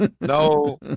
no